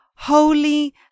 holy